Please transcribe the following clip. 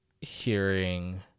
hearing